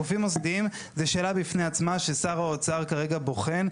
גופים מוסדיים זו שאלה בפני עצמה ששר האוצר כרגע בוחן.